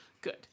Good